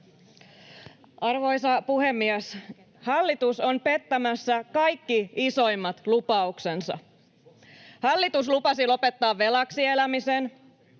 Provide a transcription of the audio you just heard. Arvoisa puhemies! Hallitus on pettämässä kaikki isoimmat lupauksensa. Hallitus lupasi lopettaa velaksi elämisen.